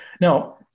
Now